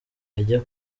ajya